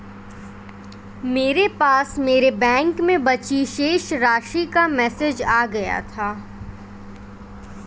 मेरे पास मेरे बैंक में बची शेष राशि का मेसेज आ गया था